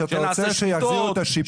אתה רוצה שיחזירו את השיפוי.